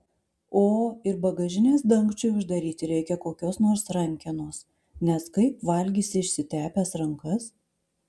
o ir bagažinės dangčiui uždaryti reikia kokios nors rankenos nes kaip valgysi išsitepęs rankas